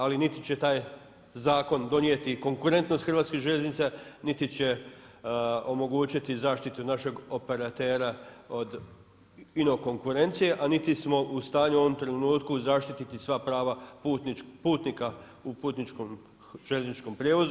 Ali niti će taj zakon donijeti konkurentnost Hrvatske željeznice, niti će omogućiti zaštitu našeg operatera od ino konkurencije, a niti smo u stanju u ovom trenutku zaštiti sva prava putnika u putničkom željezničkom prijevozu.